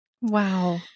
Wow